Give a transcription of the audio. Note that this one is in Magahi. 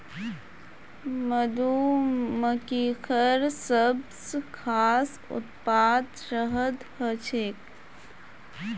मधुमक्खिर सबस खास उत्पाद शहद ह छेक